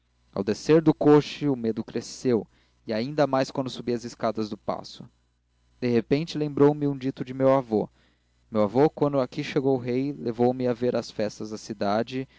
ao descer do coche o medo cresceu e ainda mais quando subi as escadas do paço de repente lembrou-me um dito de meu avô meu avô quando aqui chegou o rei levou-me a ver as festas da cidade